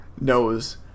knows